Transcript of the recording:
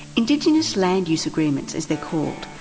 indigenous land use agreements as they're called,